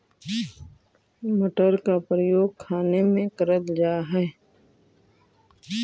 मटर का प्रयोग खाने में करल जा हई